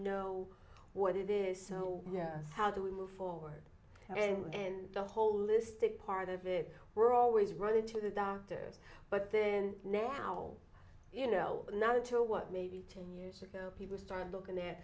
know what it is so yeah how do we move forward and the whole listed part of it we're always running to the doctors but then now you know now to what maybe ten years ago people started looking at